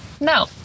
No